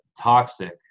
toxic